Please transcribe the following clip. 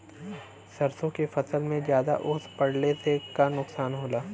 सरसों के फसल मे ज्यादा ओस पड़ले से का नुकसान होला?